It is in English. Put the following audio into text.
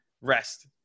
rest